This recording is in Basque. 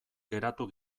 geratu